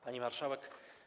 Pani Marszałek!